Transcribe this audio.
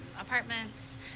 apartments